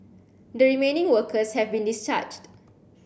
the remaining workers have been discharged